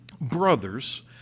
Brothers